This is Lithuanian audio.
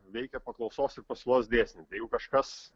veikia paklausos ir pasiūlos dėsnis kažkas